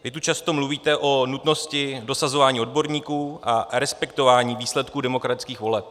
Vy tu často mluvíte o nutnosti dosazování odborníků a respektování výsledků demokratických voleb.